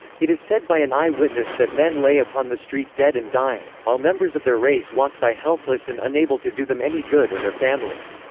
it is said by an eye witness that men lay upon the street dead and dying, while members of their race walked by helpless and unable to do them any good or their families.